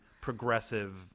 progressive